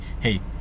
hey